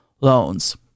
loans